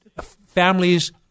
families